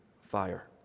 fire